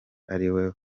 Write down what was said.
ariwe